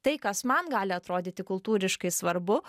tai kas man gali atrodyti kultūriškai svarbu